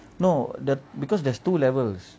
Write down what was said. no because there's two levels